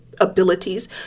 abilities